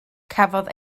cafodd